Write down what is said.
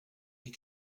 est